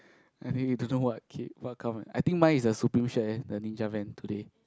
I think you don't know what ca~ what come eh I think mine is a supreme share the ninja van today